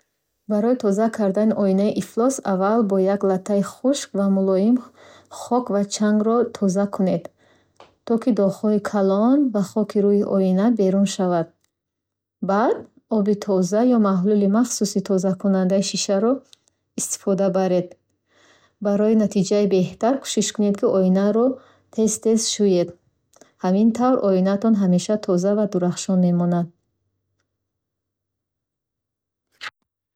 Барои тоза кардани оинаи ифлос, аввал бо як латтаи хушк ва мулоим хок ва чангро тоза кунед, то ки доғҳои калон ва хоки рӯи оина берун шаванд. Баъд, оби тоза ё маҳлули махсуси тозакунандаи шишаро истифода баред. Барои натиҷаи беҳтар, кӯшиш кунед оинаро тез-тез шӯед.